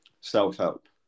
self-help